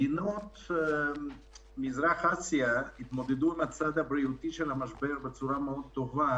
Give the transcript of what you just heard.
מדינות מזרח אסיה התמודדו עם הצד הבריאותי של המשבר בצורה מאוד טובה